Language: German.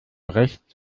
rechts